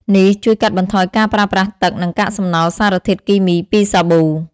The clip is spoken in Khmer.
នេះជួយកាត់បន្ថយការប្រើប្រាស់ទឹក និងកាកសំណល់សារធាតុគីមីពីសាប៊ូ។